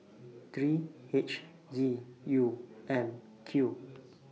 three H Z U M Q